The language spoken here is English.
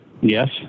Yes